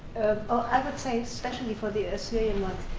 ah i would say especially for the assyrian ones,